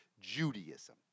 Judaism